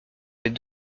les